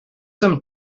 some